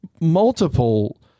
multiple